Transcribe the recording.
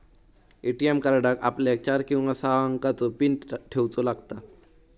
ATM कार्डाक आपल्याक चार किंवा सहा अंकाचो पीन ठेऊचो लागता